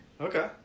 Okay